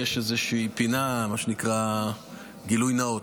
יש פינה, זה מה שנקרא גילוי נאות.